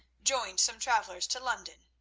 joined some travellers to london,